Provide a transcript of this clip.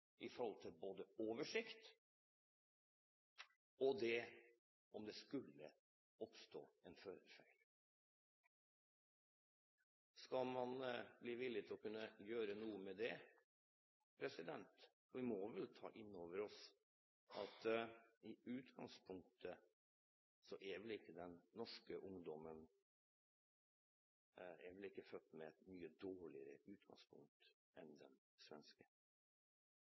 oversikt og om det skulle oppstå en førerfeil. Skal man være villig til å gjøre noe med det? For vi må vel ta inn over oss at den norske ungdommen vel ikke er født med et dårligere utgangspunkt enn den svenske?